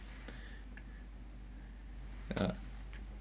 ah